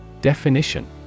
definition